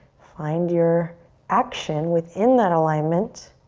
find your action within that alignment.